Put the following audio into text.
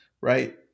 right